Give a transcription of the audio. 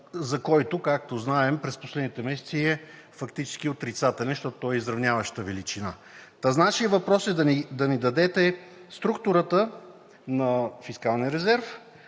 за който, както знаем, през последните месеци е фактически отрицателен, защото той е изравняваща величина. Нашият въпрос е да ни дадете структурата на фискалния резерв